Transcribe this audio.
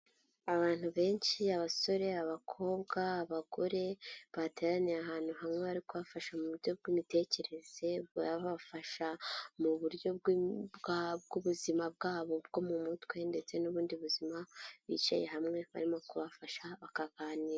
Abantu benshi, abasore, abakobwa, abagore, bateraniye ahantu hamwe, bari kubafasha mu buryo bw'imitekerereze, bababafasha mu buryo bw'ubuzima bwabo bwo mu mutwe ndetse n'ubundi buzima, bicaye hamwe barimo kubafasha bakaganira.